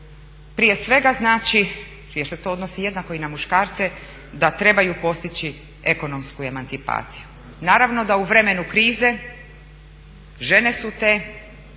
prije svega znači, jer se to odnosi jednako i na muškarce, da trebaju postići ekonomsku emancipaciju. Naravno da u vremenu krize žene su te